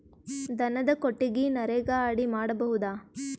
ದನದ ಕೊಟ್ಟಿಗಿ ನರೆಗಾ ಅಡಿ ಮಾಡಬಹುದಾ?